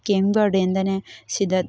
ꯀꯦꯝ ꯒꯥꯔꯗꯦꯟꯗꯅꯦ ꯁꯤꯗ